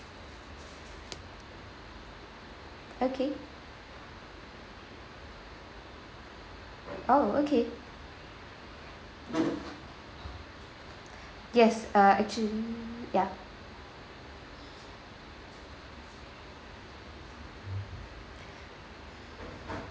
okay oh okay yes uh actually ya